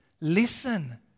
listen